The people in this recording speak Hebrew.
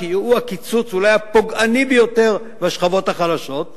זה אולי הקיצוץ הפוגעני ביותר בשכבות החלשות,